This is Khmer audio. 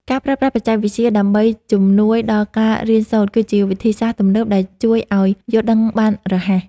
ការប្រើប្រាស់បច្ចេកវិទ្យាដើម្បីជំនួយដល់ការរៀនសូត្រគឺជាវិធីសាស្ត្រទំនើបដែលជួយឱ្យយល់ដឹងបានរហ័ស។